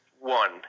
one